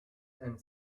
and